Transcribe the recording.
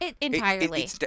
entirely